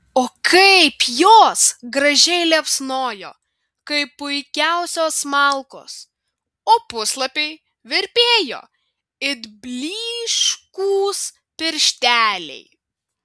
o kaip jos gražiai liepsnojo kaip puikiausios malkos o puslapiai virpėjo it blyškūs piršteliai